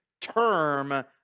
term